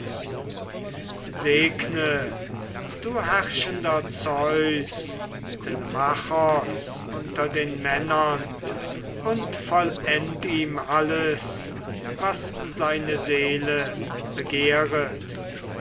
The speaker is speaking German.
du herrschender zeus telemachos unter den männern und vollend ihm alles was seine seele begehret